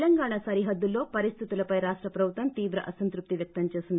తెలంగాణ సరిహద్దుల్లో పరిస్థితులపై రాష్ట ప్రభుత్వం తీవ్ర అసంతృప్తి వ్యక్తం చేసింది